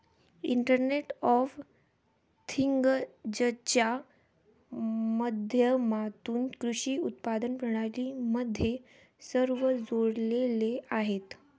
internet of थिंग्जच्या माध्यमातून कृषी उत्पादन प्रणाली मध्ये सर्व जोडलेले आहेत